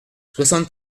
soixante